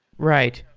right.